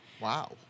Wow